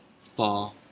far